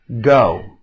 go